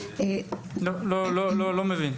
לא מבין.